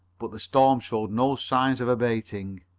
but the storm showed no signs of abating.